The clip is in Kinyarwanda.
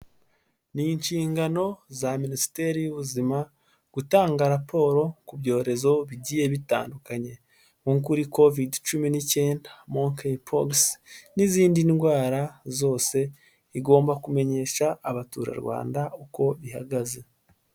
Ni inshingano za minisiteri y'ubuzima, gutanga raporo ku byorezo bigiye bitandukanye. Nko kuri kovide cumi n'icyenda, monkeyi pokisi, n'izindi ndwara zose igomba kumenyesha abaturarwanda uko bihagaze.